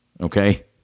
okay